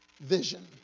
vision